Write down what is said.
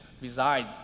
reside